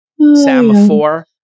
semaphore